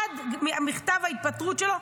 עד מכתב ההתפטרות שלו,